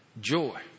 joy